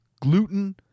gluten